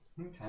Okay